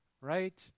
Right